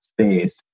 space